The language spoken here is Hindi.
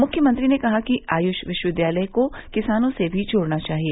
मुख्यमंत्री ने कहा कि आयुष विश्वविद्यालय को किसानों से भी जोड़ना चाहिए